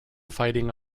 fighting